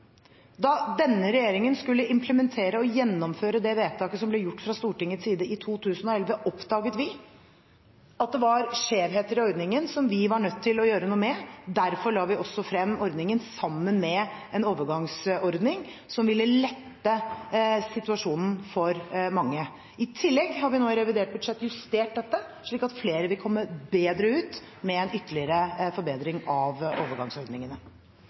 Da denne regjeringen skulle implementere og gjennomføre det vedtaket som ble gjort fra Stortingets side i 2011, oppdaget vi at det var skjevheter i ordningen som vi var nødt til å gjøre noe med. Derfor la vi også frem ordningen sammen med en overgangsordning som ville lette situasjonen for mange. I tillegg har vi nå i revidert budsjett justert dette slik at flere vil komme bedre ut med en ytterligere forbedring av overgangsordningene.